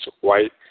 white